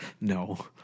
No